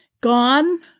Gone